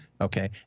Okay